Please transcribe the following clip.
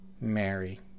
Mary